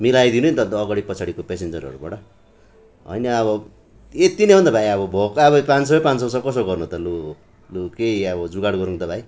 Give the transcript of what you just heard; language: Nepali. मिलाइ दिनु नि त अगाडि पछाडिको पेसेन्जरहरूबाट होइन अब यति नै हो नि त भाइ भएको अब पाँच सौ पाँच सौ छ नि त अब कसो गर्नु लु लु केही अब जोगाड गरौँ त भाइ